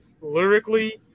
lyrically